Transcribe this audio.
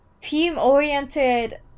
team-oriented